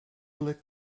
lit